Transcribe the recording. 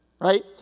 Right